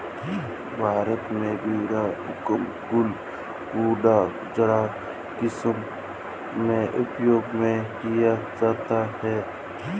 भारत में बीड़ी हुक्का गुल गुड़ाकु जर्दा किमाम में उपयोग में किया जाता है